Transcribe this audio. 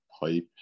pipe